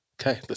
okay